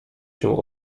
się